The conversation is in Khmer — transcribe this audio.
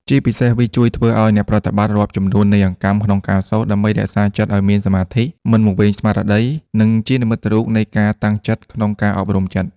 ជាពិសេស វាជួយធ្វើអោយអ្នកប្រតិបត្តិ រាប់ចំនួននៃអង្កាំក្នុងការសូត្រ ដើម្បីរក្សាចិត្តឱ្យមានសមាធិ មិនវង្វេងស្មារតី និងជានិមិត្តរូបនៃការតាំងចិត្តក្នុងការអប់រំចិត្ត។